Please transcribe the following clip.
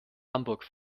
hamburg